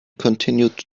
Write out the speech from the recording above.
continued